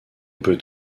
peut